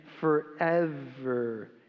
forever